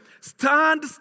stand